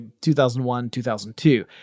2001-2002